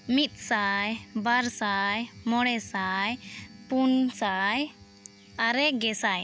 ᱢᱤᱫ ᱥᱟᱭ ᱵᱟᱨ ᱥᱟᱭ ᱢᱚᱬᱮ ᱥᱟᱭ ᱯᱩᱱ ᱥᱟᱭ ᱟᱨᱮ ᱜᱮ ᱥᱟᱭ